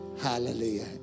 Hallelujah